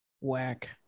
Whack